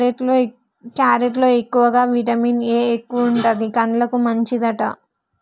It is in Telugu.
క్యారెట్ లో ఎక్కువగా విటమిన్ ఏ ఎక్కువుంటది, కండ్లకు మంచిదట